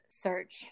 search